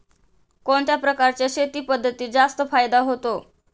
कोणत्या प्रकारच्या शेती पद्धतीत जास्त फायदा होतो?